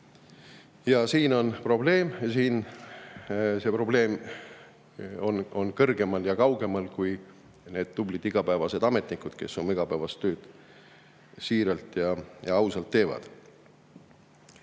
Siin on probleem ja see probleem on kõrgemal ja kaugemal kui need tublid ametnikud, kes oma igapäevast tööd siiralt ja ausalt teevad.